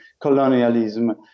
colonialism